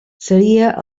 seria